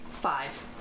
Five